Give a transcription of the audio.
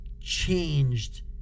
changed